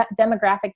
demographic